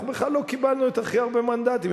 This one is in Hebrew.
אנחנו בכלל לא קיבלנו הכי הרבה מנדטים,